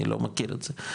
אני לא מכיר את זה,